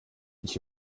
ich